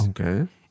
Okay